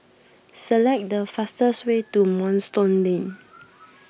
select the fastest way to Moonstone Lane